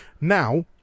Now